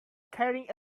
carrying